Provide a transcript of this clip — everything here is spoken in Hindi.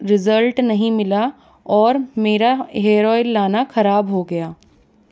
रिज़ल्ट नहीं मिला और मेरा हेयर ओइल लाना ख़राब हो गया